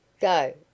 Go